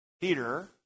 Peter